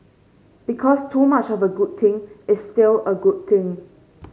because too much of a good thing is still a good thing